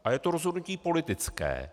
A je to rozhodnutí politické.